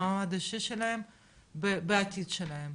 במעמד האישי שלהם ובעתיד שלהם